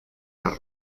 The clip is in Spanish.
las